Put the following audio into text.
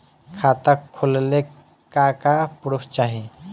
खाता खोलले का का प्रूफ चाही?